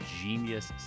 genius